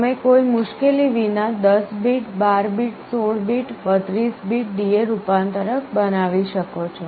તમે કોઈ મુશ્કેલી વિના 10 bit 12 bit 16 bit 32 bit DA રૂપાંતરક બનાવી શકો છો